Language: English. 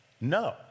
No